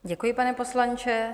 Děkuji, pane poslanče.